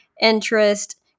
interest